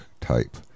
type